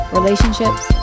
relationships